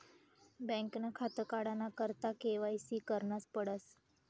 बँकनं खातं काढाना करता के.वाय.सी करनच पडस